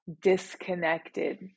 disconnected